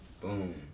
Boom